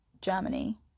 Germany